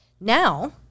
Now